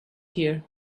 here